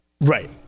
Right